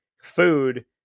food